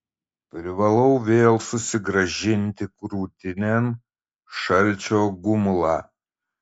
privalau vėl susigrąžinti krūtinėn šalčio gumulą